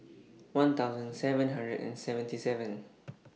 one thousand seven hundred and seventy seven